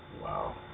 Wow